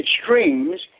extremes